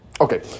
Okay